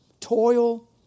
toil